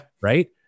Right